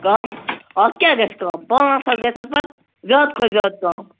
کَم اَتھ کیٛاہ گَژھِ کَم پانٛژھ ہَتھ گَژھِتھ پَتہٕ زیادٕ کھۄتہٕ زیادٕ کَم